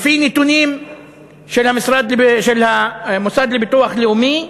לפי נתונים של המוסד לביטוח לאומי,